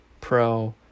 Pro